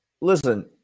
Listen